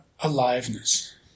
aliveness